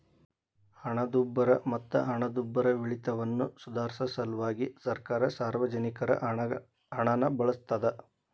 ಹಣದುಬ್ಬರ ಮತ್ತ ಹಣದುಬ್ಬರವಿಳಿತವನ್ನ ಸುಧಾರ್ಸ ಸಲ್ವಾಗಿ ಸರ್ಕಾರ ಸಾರ್ವಜನಿಕರ ಹಣನ ಬಳಸ್ತಾದ